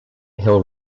hill